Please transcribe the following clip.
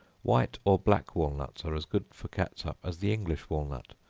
white or black walnuts are as good for catsup as the english walnut,